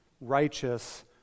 righteous